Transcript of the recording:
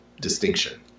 distinction